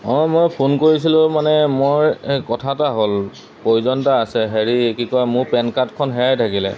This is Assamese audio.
অঁ মই ফোন কৰিছিলোঁ মানে মই এই কথা এটা হ'ল প্ৰয়োজন এটা আছে হেৰি কি কয় মোৰ পেন কাৰ্ডখন হেৰাই থাকিলে